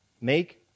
Make